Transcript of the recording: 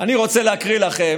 אני רוצה להקריא לכם